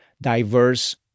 diverse